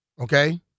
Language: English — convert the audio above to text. okay